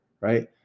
right